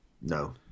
No